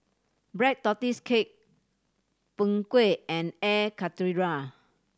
Black Tortoise Cake Png Kueh and Air Karthira